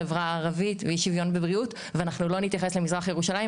בחברה הערבית ואי שוויון ואנחנו לא נתייחס למזרח ירושלים,